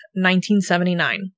1979